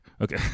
Okay